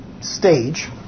stage